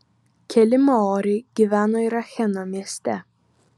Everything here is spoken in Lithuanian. keli maoriai gyveno ir acheno mieste